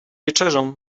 wieczerzą